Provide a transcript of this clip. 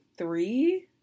Three